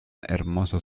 hermoso